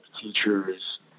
teachers